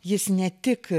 jis ne tik